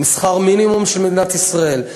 עם שכר מינימום של מדינת ישראל,